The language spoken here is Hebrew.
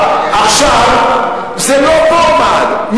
עכשיו, זה לא פה עמד.